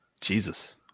Jesus